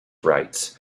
rights